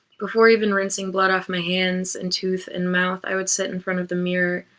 before even rinsing blood off my hands and tooth and mouth, i would sit in front of the mirror,